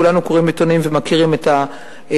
כולנו קוראים עיתונים ומכירים את הדברים,